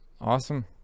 Awesome